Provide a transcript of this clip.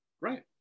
right